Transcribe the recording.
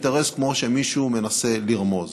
איזה אינטרס כמו שמישהו מנסה לרמוז.